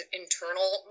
internal